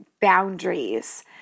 boundaries